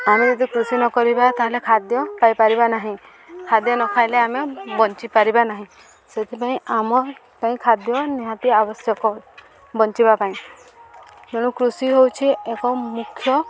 ଆମେ ଯଦି କୃଷି ନକରିବା ତା'ହେଲେ ଖାଦ୍ୟ ପାଇପାରିବା ନାହିଁ ଖାଦ୍ୟ ନ ଖାଇଲେ ଆମେ ବଞ୍ଚିପାରିବା ନାହିଁ ସେଥିପାଇଁ ଆମ ପାଇଁ ଖାଦ୍ୟ ନିହାତି ଆବଶ୍ୟକ ବଞ୍ଚିବା ପାଇଁ ତେଣୁ କୃଷି ହେଉଛି ଏକ ମୁଖ୍ୟ